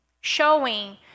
showing